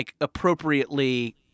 appropriately